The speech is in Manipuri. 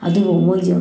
ꯑꯗꯨꯕꯨ ꯃꯣꯏꯁꯨ